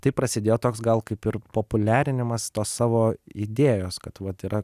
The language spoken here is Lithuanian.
taip prasidėjo toks gal kaip ir populiarinimas tos savo idėjos kad vat yra